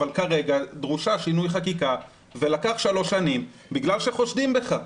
אבל כרגע דרוש שינוי חקיקה ולקח שלוש שנים בגלל שחושדים בך,